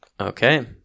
Okay